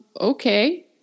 okay